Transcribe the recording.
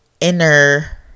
inner